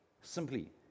simply